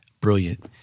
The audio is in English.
brilliant